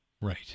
Right